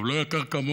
אבל הוא לא יקר כמוני.